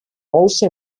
also